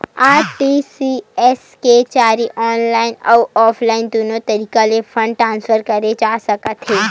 RTGS के जरिए online अउ ऑफलाइन दुनो तरीका ले फंड ट्रांसफर करे जा सकथे